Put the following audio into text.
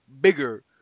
bigger